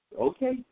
okay